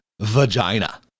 vagina